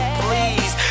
please